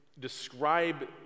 describe